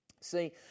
See